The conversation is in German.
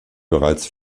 bereits